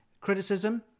criticism